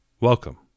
Welcome